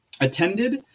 attended